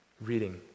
reading